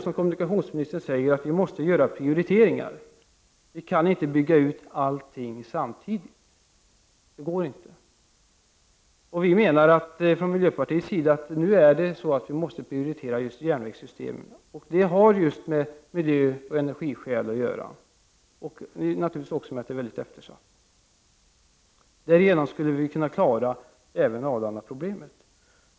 Som kommunikationsministern säger måste vi göra prioriteringar; vi kan inte bygga ut allting samtidigt. I miljöpartiet anser vi att man nu av miljöoch energiskäl måste prioritera just järnvägssystemen. Det beror naturligtvis också på att järnvägssystemen är väldigt eftersatta. Därigenom skulle vi kunna klara även Arlandas problem.